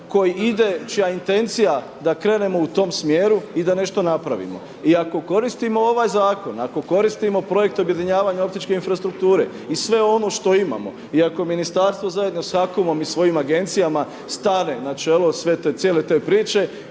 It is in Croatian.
koji ide, čija intencija da krenemo u tom smjeru i da nešto napravimo. I ako koristimo ovaj zakon, ako koristimo projekte objedinjavanja optičke infrastrukture i sve ono što imamo i ako ministarstvo zajedno sa HAKOM-om i svojim agencijama stane na čelo sve te, cijele te priče.